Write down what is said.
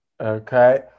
Okay